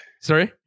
Sorry